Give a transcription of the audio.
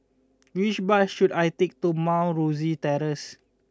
which bus should I take to Mount Rosie Terrace